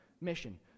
mission